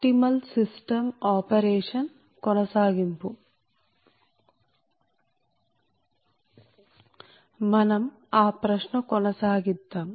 మనం ఆ ప్రశ్న కొనసాగిద్దాం